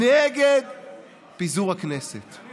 את חבר הכנסת עודה ואתה סירבת להגיע,